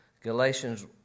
Galatians